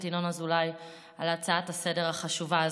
ינון אזולאי על ההצעה לסדר-היום החשובה הזאת.